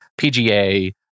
PGA